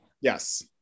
yes